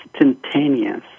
instantaneous